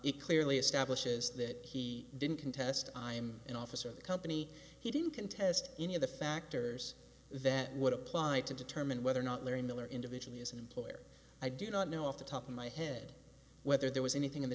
it clearly establishes that he didn't contest i'm an officer of the company he didn't contest any of the factors that would apply to determine whether or not larry miller individually as an employer i do not know off the top of my head whether there was anything in the